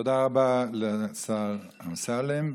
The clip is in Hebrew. תודה רבה לשר אמסלם.